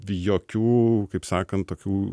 jokių kaip sakant tokių